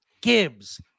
Gibbs